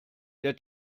der